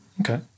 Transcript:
okay